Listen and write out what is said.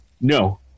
No